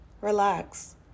Relax